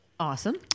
Awesome